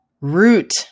root